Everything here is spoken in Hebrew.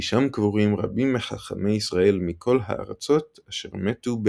כי שם קבורים רבים מחכמי ישראל מכל הארצות אשר מתו בעכו".